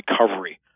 recovery